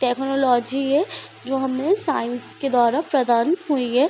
technology है जो हमें साइंस के द्वारा प्रदान हुई है